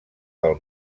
del